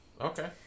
Okay